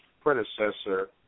predecessor